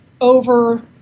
over